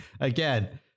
again